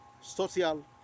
social